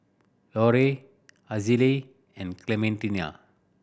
Leroy Azalee and Clementina